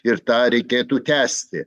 ir tą reikėtų tęsti